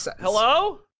hello